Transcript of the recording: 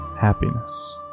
Happiness